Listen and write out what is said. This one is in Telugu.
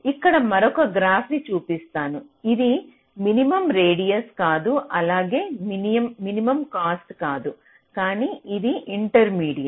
ఇక్కడ మరొక గ్రాఫ్ను చూపిస్తున్నాను ఇది మినిమం రేడియస్ కాదు అలాగే మినిమం కాస్ట్ కాదు కానీ ఇది ఇంటర్మీడియట్